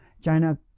China